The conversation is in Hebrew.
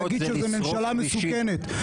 להגיד שזו ממשלה מסוכנת,